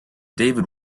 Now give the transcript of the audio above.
david